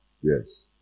Yes